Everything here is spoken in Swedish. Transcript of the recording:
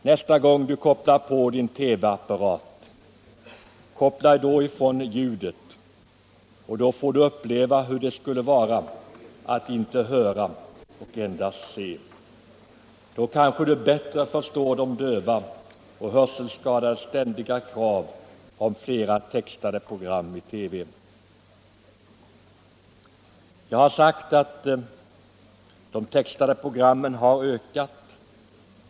Nästa gång du sätter på din TV apparat, koppla då ifrån ljudet, så får du uppleva hur det skulle vara att inte höra utan endast se. Då kanske du bättre förstår de dövas och hörselskadades ständiga krav på flera textade program i TV. Jag har sagt att de textade programmen har ökat.